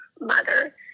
mother